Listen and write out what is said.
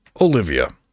olivia